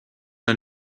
ein